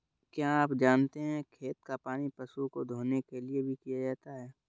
क्या आप जानते है खेत का पानी पशु को धोने के लिए भी किया जाता है?